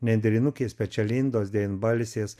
nendrinukės pečialindos devynbalsės